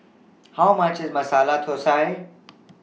How much IS Masala Thosai